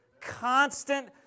Constant